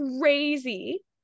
crazy